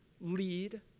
lead